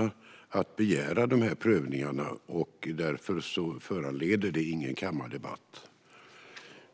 om att begära sådana prövningar. Därför föranleder de inga kammardebatter.